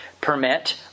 permit